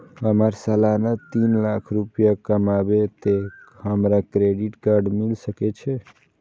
हमर सालाना तीन लाख रुपए कमाबे ते हमरा क्रेडिट कार्ड मिल सके छे?